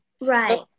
Right